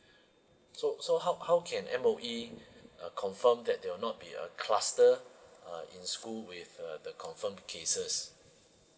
so so how how can M_O_E uh confirm that there will not be a cluster uh in school with uh the confirmed cases